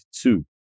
two